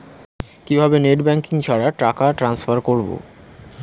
কিভাবে net banking ছাড়া টাকা টান্সফার করব?